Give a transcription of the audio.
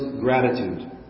gratitude